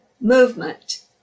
movement